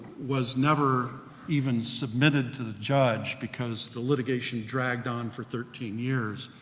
was never even submitted to the judge, because the litigation dragged on for thirteen years,